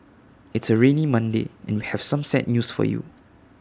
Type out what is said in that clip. it's A rainy Monday and we have some sad news for you